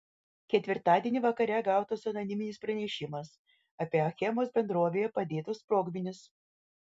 ketvirtadienį vakare gautas anoniminis pranešimas apie achemos bendrovėje padėtus sprogmenis